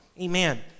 amen